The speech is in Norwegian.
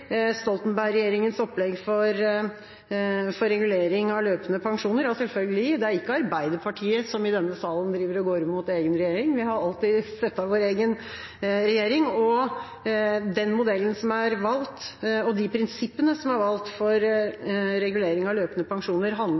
opplegg for regulering av løpende pensjoner. Ja, selvfølgelig. Det er ikke Arbeiderpartiet som i denne salen går imot egen regjering. Vi har alltid støttet vår egen regjering. Den modellen og de prinsippene som er valgt for regulering av løpende pensjoner, handler